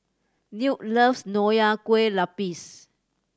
Newt loves Nonya Kueh Lapis